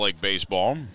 Baseball